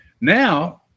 Now